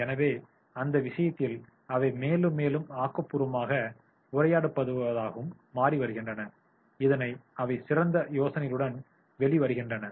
எனவே அந்த விஷயத்தில் அவை மேலும் மேலும் ஆக்கபூர்வமாகவும் உரையாடும்விதமாகவும் மாறி வருகின்றன இதனால் அவை சிறந்த யோசனைகளுடன் வெளிவருகின்றன